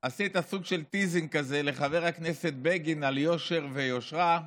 עשית סוג של טיזינג כזה לחבר הכנסת בגין על יושר ויושרה.